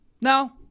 No